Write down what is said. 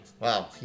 Wow